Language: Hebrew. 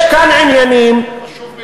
יש כאן עניינים, חשוב ביותר.